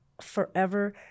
forever